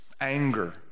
anger